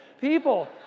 people